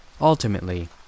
Ultimately